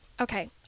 Okay